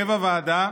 הוועדה,